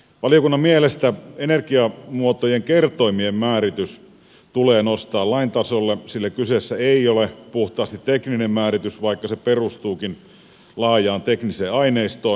valiokunnan mielestä energiamuotojen kertoimien määritys tulee nostaa lain tasolle sillä kyseessä ei ole puhtaasti tekninen määritys vaikka se perustuukin laajaan tekniseen aineistoon